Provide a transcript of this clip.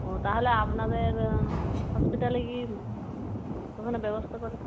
ও তাহলে আপনাদের হসপিটালে কি ওখানে ব্যবস্থা করে